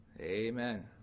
Amen